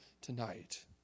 tonight